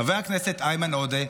חבר הכנסת איימן עודה,